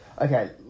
Okay